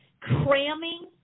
cramming